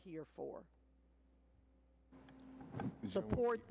here for support